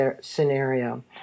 scenario